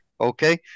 okay